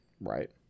Right